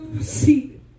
See